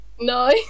No